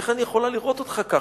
איך אני יכולה לראות אותך ככה?